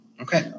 okay